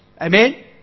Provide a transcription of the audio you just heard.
Amen